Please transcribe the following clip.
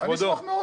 אני אשמח מאוד.